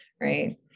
Right